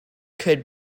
could